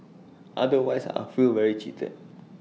otherwise I feel very cheated